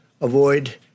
avoid